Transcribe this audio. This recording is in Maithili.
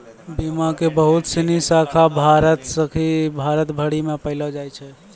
बीमा के बहुते सिनी शाखा भारत भरि मे पायलो जाय छै